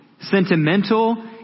sentimental